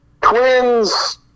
Twins